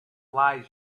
lies